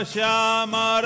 Shama